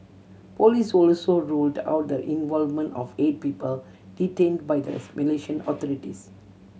police also ruled out the involvement of eight people detain by the Malaysian authorities